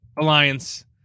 Alliance